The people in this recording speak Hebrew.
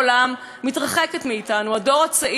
הדור הצעיר אומר: אין לנו מקום,